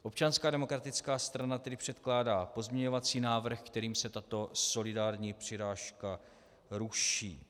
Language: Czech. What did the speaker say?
Občanská demokratická strana tedy předkládá pozměňovací návrh, kterým se tato solidární přirážka ruší.